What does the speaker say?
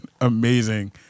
amazing